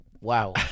Wow